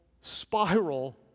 spiral